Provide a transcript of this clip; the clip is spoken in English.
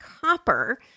copper